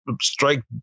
strike